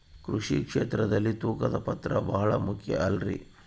ಕೃಷಿ ಕ್ಷೇತ್ರದಲ್ಲಿ ತೂಕದ ಪಾತ್ರ ಬಹಳ ಮುಖ್ಯ ಅಲ್ರಿ?